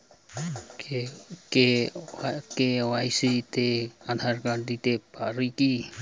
KYC তে Aadhaar card দিতে পারি কি?